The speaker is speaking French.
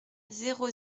zéro